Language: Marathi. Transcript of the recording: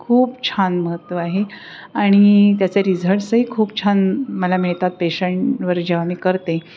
खूप छान महत्त्व आहे आणि त्याचे रिझल्टसही खूप छान मला मिळतात पेशंटवर जेव्हा मी करते